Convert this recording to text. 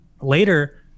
Later